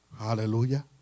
Hallelujah